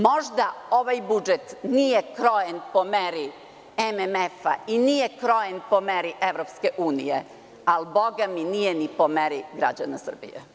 Možda ovaj budžet nije krojenpo meri MMF-a i nije krojen po meri EU, ali bogami nije ni po meri građana Srbije.